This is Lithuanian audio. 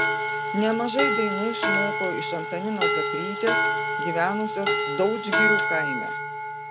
nemažai dainų išmoko iš antaninos zakrytės gyvenusios daudžgirių kaime